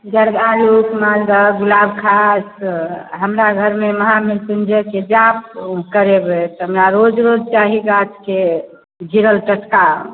जरदालू मालदह गुलाबखास हमरा घरमे महामृत्युञ्जयके जाप करेबै तऽ रोज रोज चाही गाछके गिरल टटका